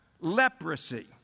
leprosy